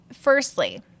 Firstly